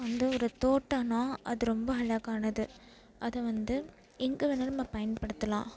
வந்து ஒரு தோட்டம்னா அது ரொம்ப அழகானது அதை வந்து எங்கே வேணாலும் நம்ம பயன்படுத்தலாம்